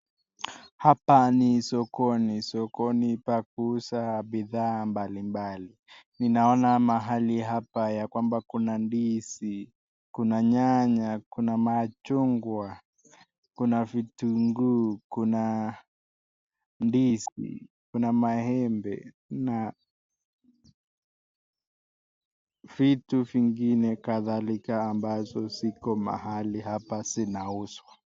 Hapa ni sokoni, sokoni pa kuuza bidhaa mbali mbali. Ninaona mahali hapa ya kwamba kuna ndizi, kuna nyanya, kuna machungwa, kuna vitunguu, kuna ndizi, kuna maembe na vitu zingine kadhalika ambazo ziko mahali hapa zinauzwa.